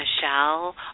Michelle